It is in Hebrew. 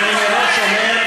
אנחנו קיימנו על זה